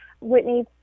Whitney